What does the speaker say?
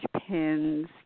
pins